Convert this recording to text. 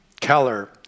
Keller